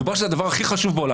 מדובר שזה הדבר הכי חשוב בעולם.